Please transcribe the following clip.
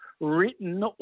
written